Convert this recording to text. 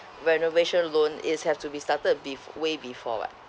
renovation loan is have to be started bef~ way before [what]